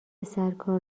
سرکار